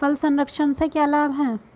फल संरक्षण से क्या लाभ है?